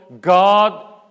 God